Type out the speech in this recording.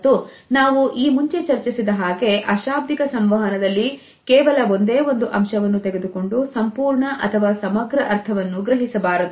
ಮತ್ತು ನಾವು ಈ ಮುಂಚೆ ಚರ್ಚಿಸಿದ ಹಾಗೆ ಅಶಾಬ್ದಿಕ ಸಂವಹನದಲ್ಲಿ ಕೇವಲ ಒಂದೇ ಒಂದು ಅಂಶವನ್ನು ತೆಗೆದುಕೊಂಡು ಸಂಪೂರ್ಣ ಅಥವಾ ಸಮಗ್ರ ಅರ್ಥವನ್ನು ಗ್ರಹಿಸಬಾರದು